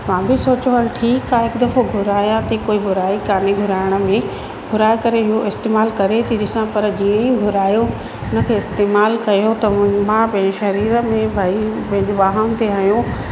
मां बि सोचियो हल ठीकु आहे हिकु दफ़ो घुराया थी कोई बुराई कोन्हे घुराइण में घुराए करे इहो इस्तेमालु करे थी ॾिसां पर जीअं ई घुरायो हुन खे इस्तेमालु कयो त मू मां पंहिंजे शरीर में भई ॿिनि ॿांहुनि ते हयो